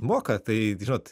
moka tai žinot